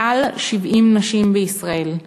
מעל 70 נשים בישראל.